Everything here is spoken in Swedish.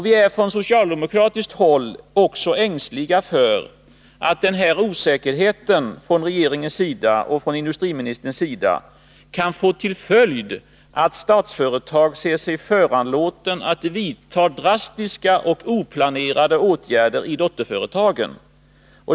Vi är från socialdemokratiskt håll också ängsliga för att den här osäkerheten från regeringens sida — och från industriministerns sida — kan få till följd att Statsföretag ser sig föranlåtet att vidta drastiska och oplanerade åtgärder i dotterföretagen.